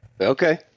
okay